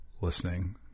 listening